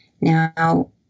Now